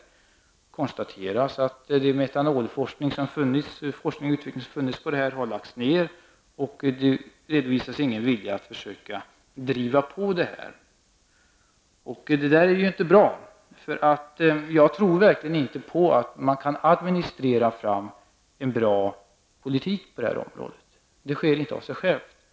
Han konstaterar att den forskning och den utveckling som har funnits på detta område har lagts ner, och han redovisar ingen vilja att försöka driva på verksamheten. Det här är inte bra. Jag tror verkligen inte att man kan administrera fram en bra politik på det här området. Det sker inte av sig självt.